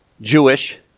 Jewish